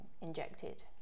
injected